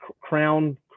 crown